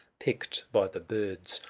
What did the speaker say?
picked by the birds,